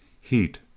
Heat